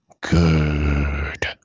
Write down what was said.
good